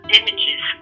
images